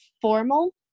formal